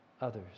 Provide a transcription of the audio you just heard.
others